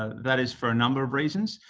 ah that is for a number of reasons.